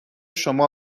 شما